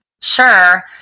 Sure